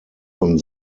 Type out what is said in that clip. von